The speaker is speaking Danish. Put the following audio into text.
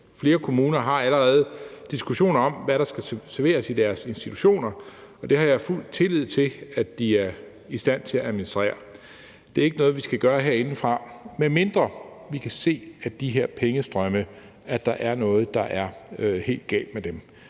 Flere kommuner har allerede diskussioner om, hvad der skal serveres i deres institutioner, og det har jeg fuld tillid til at de er i stand til at administrere. Det er ikke noget, vi skal gøre herindefra, medmindre vi kan se på de her pengestrømme, at der er